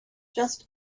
just